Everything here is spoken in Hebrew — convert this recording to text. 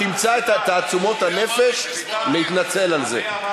ביטן, שתמצא את תעצומות הנפש להתנצל על זה.